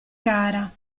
cara